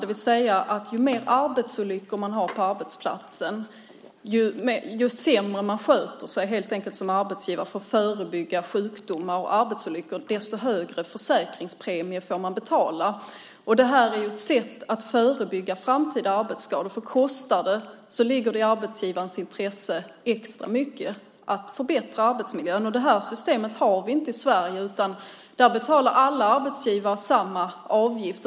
Det betyder att ju fler arbetsolyckor man har på arbetsplatsen, ju sämre man sköter sig som arbetsgivare, helt enkelt, för att förebygga sjukdomar och arbetsolyckor, desto högre försäkringspremier får man betala. Det här är ju ett sätt att förebygga framtida arbetsskador, för kostar det ligger det extra mycket i arbetsgivarens intresse att förbättra arbetsmiljön. Det här systemet har vi inte i Sverige, utan här betalar alla arbetsgivare samma avgift.